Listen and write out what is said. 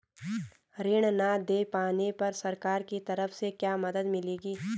ऋण न दें पाने पर सरकार की तरफ से क्या मदद मिलेगी?